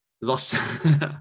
lost